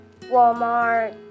Walmart